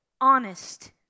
honest